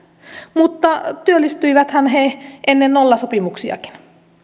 mutta työllistyiväthän he ennen nollasopimuksiakin